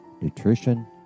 nutrition